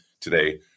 today